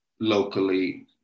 locally